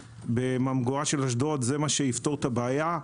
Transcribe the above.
בממגורה של אשדוד זה מה שיפתור את הבעיה.